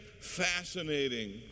fascinating